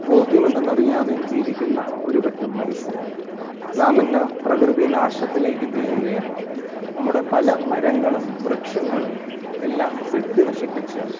ബോധ്യം എന്തെന്നറിയാതെയും ജീവിക്കുന്ന ഒരു പറ്റം മനുഷ്യർ നാം ഇന്ന് പ്രകൃതി നാശത്തിലേക്ക് നീങ്ങുകയാണ് നമ്മുടെ പല മരങ്ങളും വൃക്ഷങ്ങളും എല്ലാം വെട്ടി നശിപ്പിച്ച്